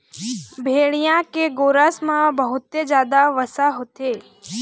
भेड़िया के गोरस म बहुते जादा वसा होथे